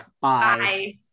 Bye